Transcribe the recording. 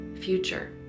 future